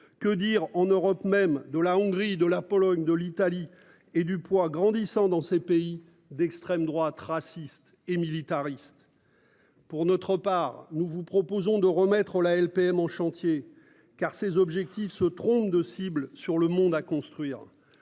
Que dire en Europe même, de la Hongrie, de la Pologne de l'Italie et du poids grandissant dans ces pays d'extrême droite raciste et militariste. Pour notre part, nous vous proposons de remettre la LPM en chantier car ces objectifs se trompe de cible sur le monde à construire